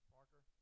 Parker